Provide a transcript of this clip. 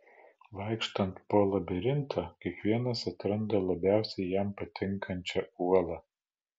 vaikštant po labirintą kiekvienas atranda labiausiai jam patinkančią uolą